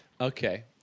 okay